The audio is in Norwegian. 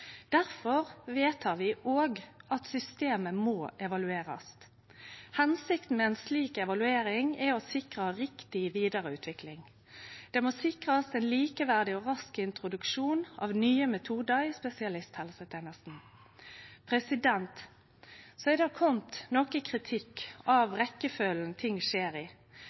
vedtar vi òg at systemet må evaluerast. Hensikta med ei slik evaluering er å sikre riktig vidareutvikling. Det må sikrast ein likeverdig og rask introduksjon av nye metodar i spesialisthelsetenesta. Det er kome noko kritikk av rekkjefølgja ting skjer i.